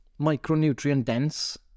micronutrient-dense